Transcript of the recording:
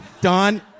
Don